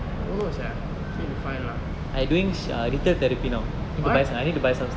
don't know sia need to find lah what